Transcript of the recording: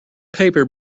paper